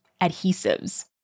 adhesives